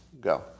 Go